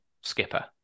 Skipper